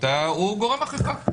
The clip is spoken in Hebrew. הוא גורם אכיפה.